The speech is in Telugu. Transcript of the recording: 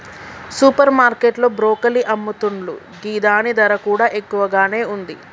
సూపర్ మార్కెట్ లో బ్రొకోలి అమ్ముతున్లు గిదాని ధర కూడా ఎక్కువగానే ఉంది